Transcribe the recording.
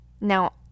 Now